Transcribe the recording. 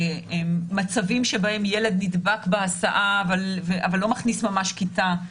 מצבים שבהם ילד נדבק בהסעה אבל לא מכניס ממש כיתה,